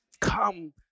come